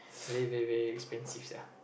very very very expensive siah